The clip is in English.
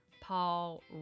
Paul